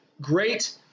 great